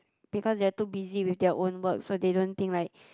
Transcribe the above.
because they are too busy with their own work so they don't think like